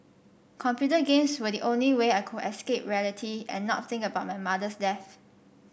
computer games were the only way I could escape reality and not think about my mother's death